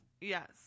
yes